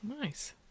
Nice